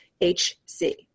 H-C